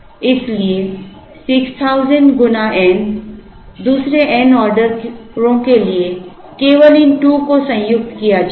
इसलिए 6000 गुना n दूसरे n ऑर्डरोंके लिए केवल इन 2 को संयुक्त किया जाएगा